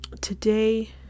today